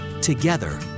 Together